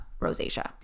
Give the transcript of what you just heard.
rosacea